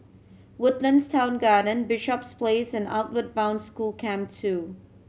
Woodlands Town Garden Bishops Place and Outward Bound School Camp Two